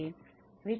A Rogers R